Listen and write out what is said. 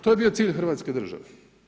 To je bio cilj hrvatske države.